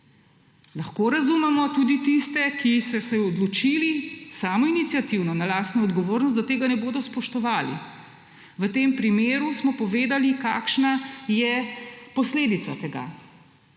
Lahko razumemo tudi tiste, ki so se odločili samoiniciativno, na lastno odgovornost, da tega ne bodo spoštovali. V tem primeru smo povedali, kakšna je posledica tega.